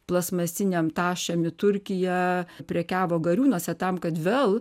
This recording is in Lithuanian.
plastmasinėm tašėm į turkiją prekiavo gariūnuose tam kad vėl